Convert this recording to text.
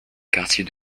quartiers